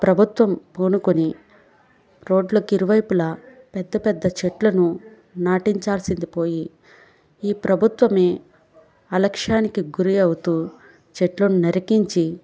ప్రభుత్వం పూనుకొని రోడ్లకు ఇరువైపులా పెద్ద పెద్ద చెట్లను నాటించాల్సింది పోయి ఈ ప్రభుత్వమే అలక్ష్యానికి గురి అవుతూ చెట్లను నరికించి